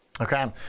Okay